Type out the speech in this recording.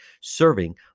Serving